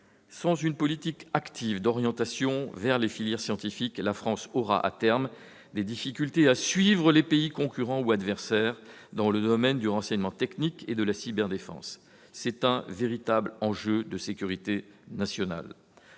Sans une politique active d'orientation vers les filières scientifiques, la France aura, à terme, des difficultés à suivre les pays concurrents ou adversaires dans le domaine du renseignement technique et de la cyberdéfense. C'est un véritable enjeu de sécurité nationale